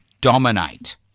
dominate